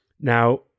Now